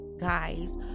guys